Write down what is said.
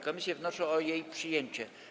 Komisje wnoszą o jej przyjęcie.